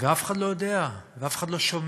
ואף אחד לא יודע, ואף אחד לא שומע,